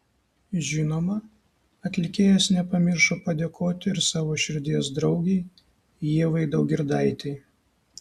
žinoma atlikėjas nepamiršo padėkoti ir savo širdies draugei ievai daugirdaitei